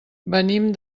venim